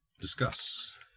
discuss